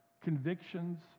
convictions